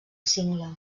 cingle